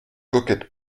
coquette